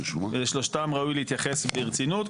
לשלושתן ראוי להתייחס ברצינות,